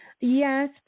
Yes